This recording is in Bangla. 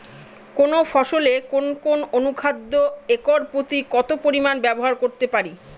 কোন ফসলে কোন কোন অনুখাদ্য একর প্রতি কত পরিমান ব্যবহার করতে পারি?